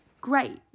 Great